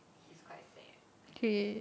he's quite sad I guess